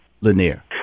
Lanier